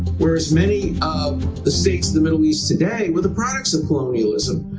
whereas many of the states of the middle east today were the products of colonialism!